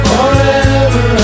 Forever